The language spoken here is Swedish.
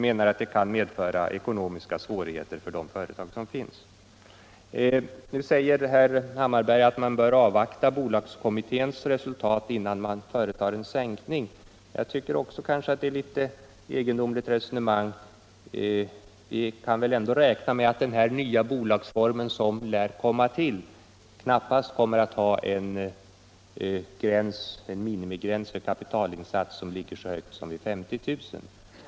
Det kan medföra ekonomiska svårigheter för de företag som redan finns. Nu säger herr Hammarberg att man bör avvakta bolagskommitténs förslag, innan man företar en sänkning av minimigränsen. Jag tycker det är ett egendomligt resonemang. Vi kan väl ändå räkna med att den nya bolagsform, som lär komma till, knappast har en minimigräns för kapitalinsats som ligger så högt som vid 50 000 kr.